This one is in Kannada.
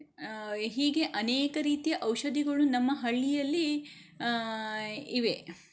ಹೀಗೆ ಅನೇಕ ರೀತಿಯ ಔಷಧಿಗಳು ನಮ್ಮ ಹಳ್ಳಿಯಲ್ಲಿ ಇವೆ